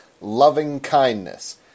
loving-kindness